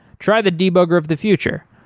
try the debugger of the future.